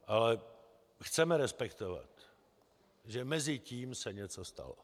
Ale chceme respektovat, že mezitím se něco stalo.